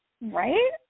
Right